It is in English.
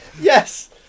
yes